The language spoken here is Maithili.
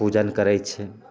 पूजन करै छै